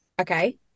Okay